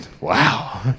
Wow